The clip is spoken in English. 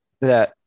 that-